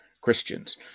Christians